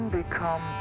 become